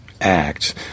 act